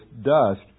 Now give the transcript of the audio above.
dust